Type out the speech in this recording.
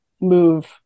move